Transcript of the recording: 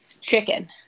Chicken